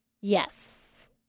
Yes